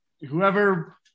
whoever